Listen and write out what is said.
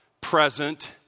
present